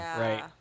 right